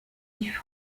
sich